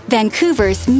Vancouver's